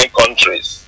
countries